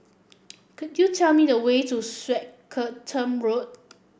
could you tell me the way to Swettenham Road